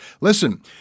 Listen